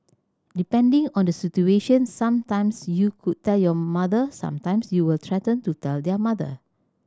depending on the situation some times you could tell your mother some times you will threaten to tell their mother